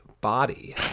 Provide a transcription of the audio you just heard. body